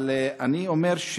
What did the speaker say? אבל אני אומר,